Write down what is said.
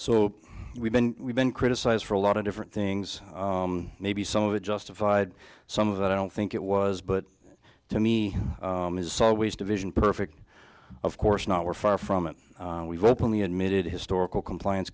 so we've been we've been criticised for a lot of different things maybe some of it justified some of that i don't think it was but to me is always division perfect of course not we're far from it we've openly admitted historical compliance